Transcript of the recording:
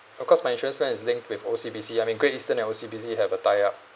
of course my insurance plan is linked with O_C_B_C I mean Great Eastern and O_C_B_C have a tie-up